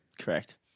correct